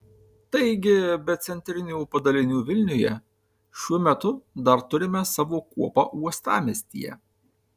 taigi be centrinių padalinių vilniuje šiuo metu dar turime savo kuopą uostamiestyje